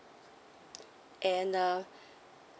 and uh